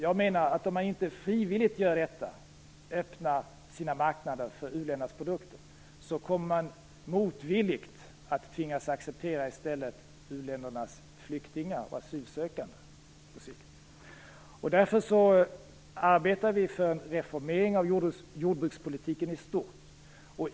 Jag menar att om man inte frivilligt öppnar sina marknader för u-ländernas produkter kommer man motvilligt att i stället på sikt tvingas acceptera uländernas flyktingar och asylsökande. Därför arbetar vi för en reformering av jordbrukspolitiken i stort.